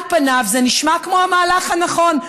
על פניו זה נשמע כמו המהלך הנכון,